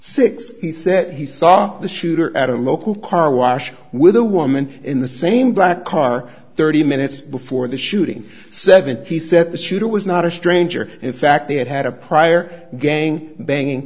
six he said he saw the shooter at a local car wash with a woman in the same black car thirty minutes before the shooting seven he said the shooter was not a stranger in fact they had had a prior gang banging